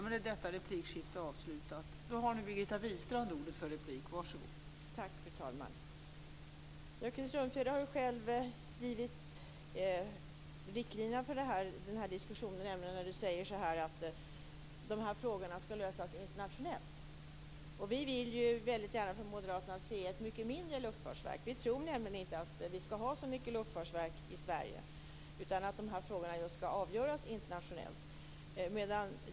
Fru talman! Krister Örnfjäder har själv dragit upp riktlinjerna för den här diskussionen när han säger att de här frågorna ska lösas internationellt. Vi vill ju väldigt gärna från moderaternas sida se ett mycket mindre luftfartsverk. Vi tror nämligen inte att vi ska ha så mycket luftfartsverk i Sverige, utan att de här frågorna just ska avgöras internationellt.